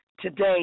today